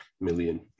million